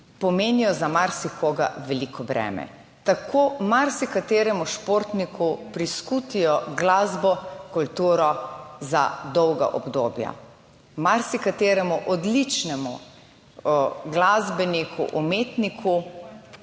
pomenijo za marsikoga veliko breme. Tako marsikateremu športniku priskutijo glasbo, kulturo za dolga obdobja, marsikateremu odličnemu glasbeniku, umetniku,